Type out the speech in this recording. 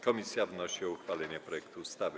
Komisja wnosi o uchwalenie projektu ustawy.